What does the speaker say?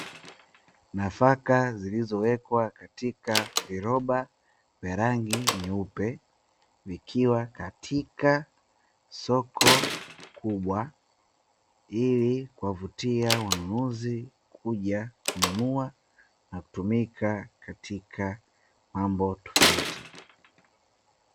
Nafaka zilizowekwa katika viroba vya rangi nyeupe, vikiwa katika soko kubwa ili kuwavutia wanunuzi kuja kununua na kutumika katika mambo tofauti.